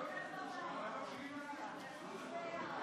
לוועדה שתחליט ועדת הכנסת נתקבלה.